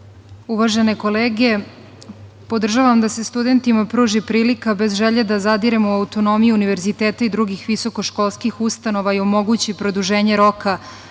Uvažene kolege, podržavam da se studentima pruži prilika bez želje da zadiremo u autonomiju univerziteta i drugih visokoškolskih ustanova i omogući produženje roka